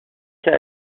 cas